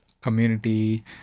community